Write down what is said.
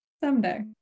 Someday